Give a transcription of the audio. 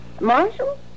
Marshal